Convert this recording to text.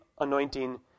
anointing